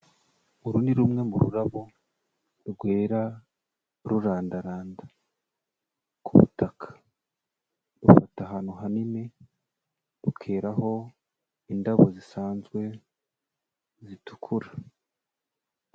Uru ni rumwe mu rurabo, rwera rurandaranda ku butaka. Rufata ahantu hanini, rukeraho indabo zisanzwe, zitukura.